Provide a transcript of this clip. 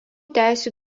teisių